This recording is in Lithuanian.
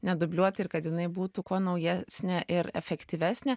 nedubliuot ir kad jinai būtų kuo naujesnė ir efektyvesnė